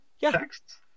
texts